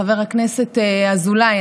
חבר הכנסת אזולאי,